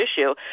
issue